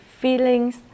feelings